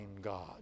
God